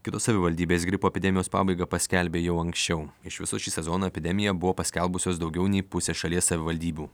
kitos savivaldybės gripo epidemijos pabaigą paskelbė jau anksčiau iš viso šį sezoną epidemiją buvo paskelbusios daugiau nei pusė šalies savivaldybių